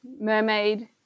mermaid